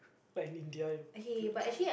like in India you flute